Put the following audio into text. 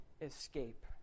escape